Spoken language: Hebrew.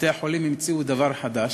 בתי-החולים המציאו דבר חדש,